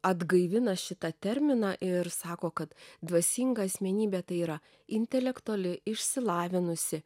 atgaivina šitą terminą ir sako kad dvasinga asmenybė tai yra intelektuali išsilavinusi